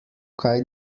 kaj